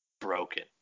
Broken